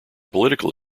political